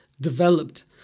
developed